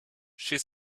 she